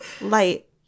Light